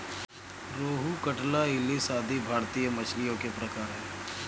रोहू, कटला, इलिस आदि भारतीय मछलियों के प्रकार है